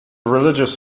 religious